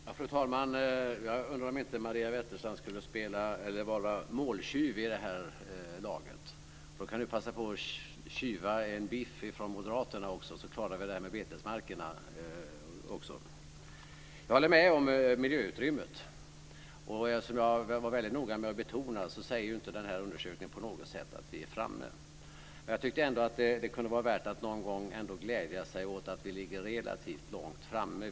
Fru talman! Jag undrar om inte Maria Wetterstrand skulle vara måltjuv i laget. Då skulle hon kunna passa på att tjuva en biff från moderaterna så klarar vi detta med betesmarkerna. Jag instämmer i detta med miljöutrymmet. Jag var väldigt noga med att betona att den här undersökningen inte på något sätt säger att vi är framme. Men jag tyckte ändå att det kunde vara värt att någon gång glädja sig över att vi ligger relativt långt framme.